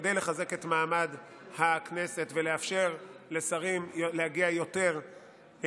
כדי לחזק את מעמד הכנסת ולאפשר לשרים להגיע יותר,